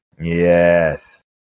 Yes